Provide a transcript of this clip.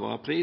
og